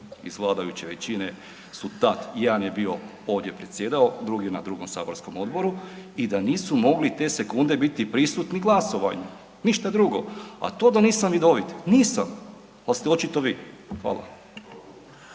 iz vladajuće većine su tad, jedan je bio ovdje predsjedao, drugi je na drugom saborskom odboru i da nisu mogli te sekunde biti prisutni glasovanju, ništa drugo. A to da nisam vidovit, nisam, al ste očito vi. Hvala.